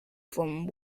from